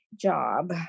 job